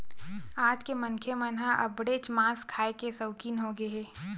आज के मनखे मन ह अब्बड़ेच मांस खाए के सउकिन होगे हे